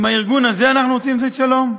עם הארגון הזה אנחנו רוצים לעשות שלום?